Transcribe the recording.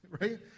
right